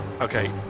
okay